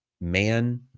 man